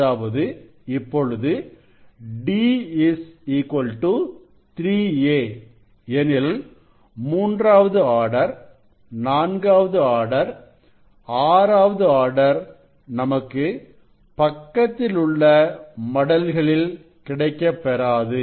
அதாவது இப்பொழுது d 3a எனில் மூன்றாவது ஆர்டர் நான்காவது ஆர்டர் ஆறாவது ஆர்டர் நமக்கு பக்கத்தில் உள்ள மடல்களில் கிடைக்கப்பெறாது